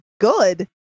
good